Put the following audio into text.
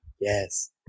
Yes